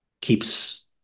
keeps